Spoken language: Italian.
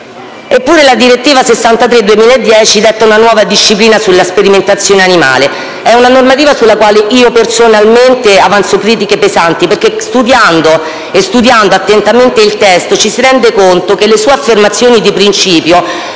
Eppure la direttiva n. 63 del 2010 detta una nuova disciplina sulla sperimentazione animale: è una normativa su cui io personalmente avanzo critiche pesanti perché, studiando attentamente il testo, ci si rende conto che le sue affermazioni di principio,